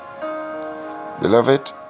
Beloved